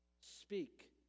Speak